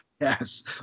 Yes